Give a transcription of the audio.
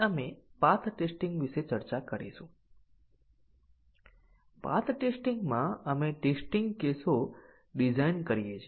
હજી સુધી આપણે કેટલીક સફેદ બોક્ષ ટેસ્ટીંગ વ્યૂહરચના જોઈ છે